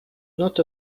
not